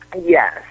Yes